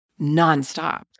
nonstop